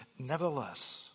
Nevertheless